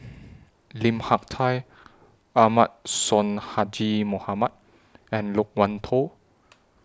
Lim Hak Tai Ahmad Sonhadji Mohamad and Loke Wan Tho